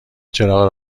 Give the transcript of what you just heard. چراغ